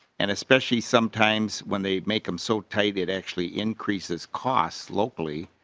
and especially sometimes when they may come so tainted actually increases costs locally.